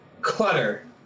clutter